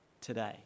today